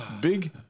big